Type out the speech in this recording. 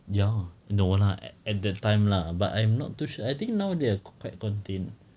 ya no lah at at that time lah but I'm not too sure I think now they are quite contained